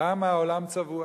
כמה העולם צבוע.